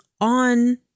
on